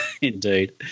Indeed